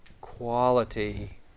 quality